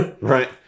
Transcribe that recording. Right